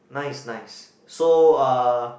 nice nice so uh